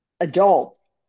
adults